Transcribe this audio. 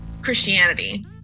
Christianity